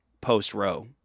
post-row